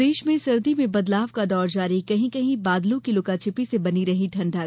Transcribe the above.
प्रदेश में सर्दी में बदलाव का दौर जारी कहीं कहीं बादलों की लुकाछिपी से बनी रही ठंडक